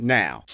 now